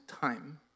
time